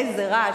איזה רעש,